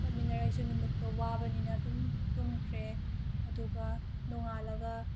ꯆꯠꯃꯤꯅꯔꯦ ꯑꯩꯁꯨ ꯅꯨꯃꯤꯠꯇꯣ ꯋꯥꯕꯅꯤꯅ ꯑꯗꯨꯝ ꯇꯝꯈ꯭ꯔꯦ ꯑꯗꯨꯒ ꯅꯣꯡꯉꯥꯟꯂꯒ